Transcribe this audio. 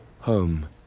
home